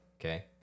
okay